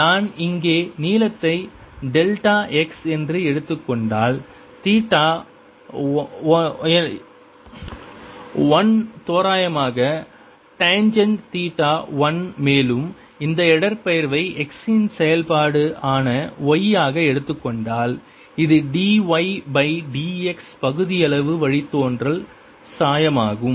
நான் இங்கே நீளத்தை டெல்டா x என்று எடுத்துக் கொண்டால் தீட்டா 1 தோராயமாக டான்ஜெண்ட் தீட்டா 1 மேலும் இந்த இடப்பெயர்வை x இன் செயல்பாடு ஆன y ஆக எடுத்துக் கொண்டால் இது dy பை dx பகுதியளவு வழித்தோன்றல் சாயமாகும்